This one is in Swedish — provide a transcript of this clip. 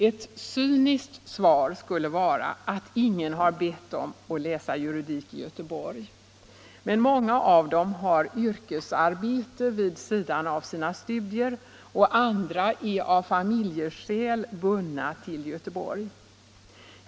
Ett cyniskt svar skulle vara att ingen har bett dem att läsa juridik i Göteborg, men många av dem har yrkesarbete vid sidan av sina studier, och andra är av familjeskäl bundna till Göteborg.